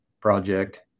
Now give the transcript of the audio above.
project